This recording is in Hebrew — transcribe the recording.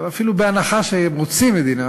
אבל אפילו בהנחה שהם רוצים מדינה,